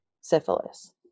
syphilis